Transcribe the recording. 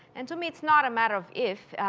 and to me it's not a matter of if,